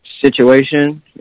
situation